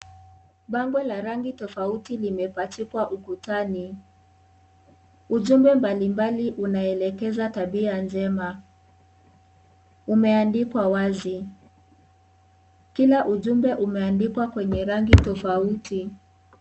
Bango la rangi tofauti limepachikwa ukutani ujumbe mbalimbali unaelekeza tabia njema, umeandikwa wazi kila ujumbe umeandikwa kwenye rangi tofauti.